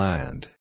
Land